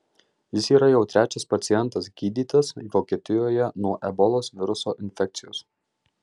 jis yra jau trečias pacientas gydytas vokietijoje nuo ebolos viruso infekcijos